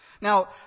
Now